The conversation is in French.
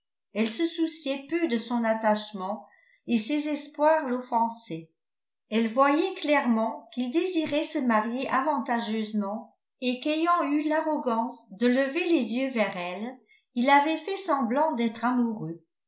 elle se souciait peu de son attachement et ses espoirs l'offensaient elle voyait clairement qu'il désirait se marier avantageusement et qu'ayant eu l'arrogance de lever les yeux vers elle il avait fait semblant d'être amoureux